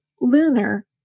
lunar